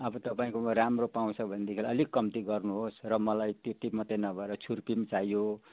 अब तपाईँकोमा राम्रो पाउँछ भनेदेखिलाई अलिक कम्ती गर्नुहोस् र मलाई त्यति मात्रै नभएर छुर्पी पनि चाहियो